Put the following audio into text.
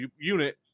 unit